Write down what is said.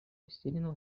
растерянно